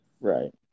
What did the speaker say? Right